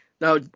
Now